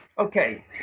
Okay